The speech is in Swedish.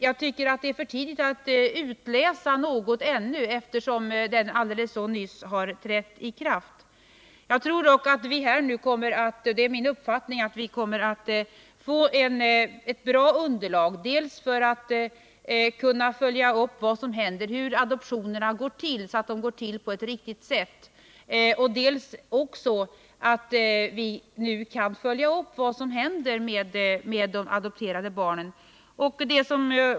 Jag tycker det ännu är för tidigt att utläsa något resultat, eftersom lagen så nyligen har trätt i kraft. Det är dock min uppfattning att vi kommer att få ett bra underlag för att kunna följa upp dels om adoptionerna går till på ett riktigt sätt, dels vad som händer med de adopterade barnen.